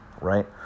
right